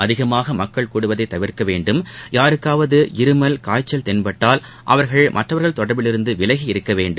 அதிகமாக மக்கள் கூடுவதை தவிர்க்க வேண்டும் யாருக்காவது இருமல் காய்ச்சல் தென்பட்டால் அவர்கள் மற்றவர்கள் தொடர்பிலிருந்து விலகி இருக்க வேண்டும்